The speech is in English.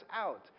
out